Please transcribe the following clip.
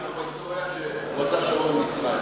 טוב בהיסטוריה כשהוא עשה שלום עם מצרים.